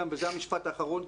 וזה המשפט האחרון,